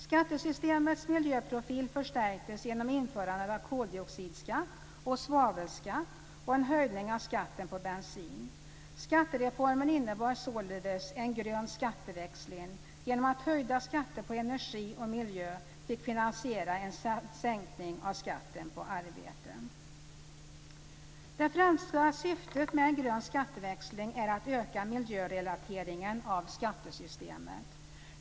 Skattesystemets miljöprofil förstärktes genom införandet av koldioxidskatt och svavelskatt och en höjning av skatten på bensin. Skattereformen innebar således en "grön skatteväxling" genom att höjda skatter på energi och miljö fick finansiera en sänkning av skatten på arbete. Det främsta syftet med en grön skatteväxling är att öka miljörelateringen av skattesystemet.